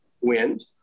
wind